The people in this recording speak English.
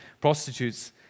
prostitutes